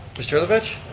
mr. herlovich?